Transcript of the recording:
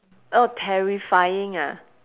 oh terrifying ah